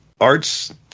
Arts